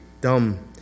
dumb